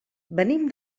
venim